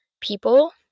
people